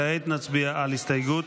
כעת נצביע על הסתייגות